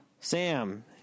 Sam